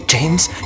James